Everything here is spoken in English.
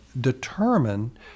determine